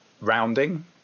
rounding